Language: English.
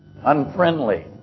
unfriendly